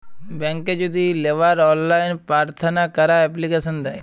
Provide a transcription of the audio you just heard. ব্যাংকে যদি লেওয়ার অললাইন পার্থনা ক্যরা এপ্লিকেশন দেয়